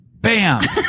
Bam